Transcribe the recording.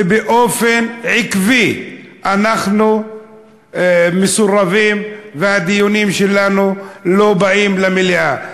ובאופן עקבי אנחנו מסורבים והדיונים שלנו לא באים למליאה.